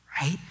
right